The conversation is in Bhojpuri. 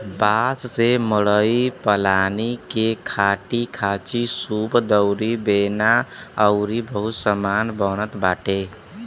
बांस से मड़ई पलानी के टाटीखांचीसूप दउरी बेना अउरी बहुते सामान बनत बाटे